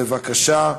בבקשה.